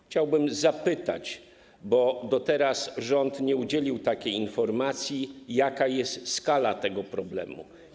Chciałbym zapytać, bo do teraz rząd nie udzielił takiej informacji, jaka jest skala tego problemu.